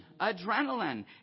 Adrenaline